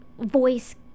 voice